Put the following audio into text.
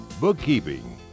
bookkeeping